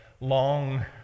long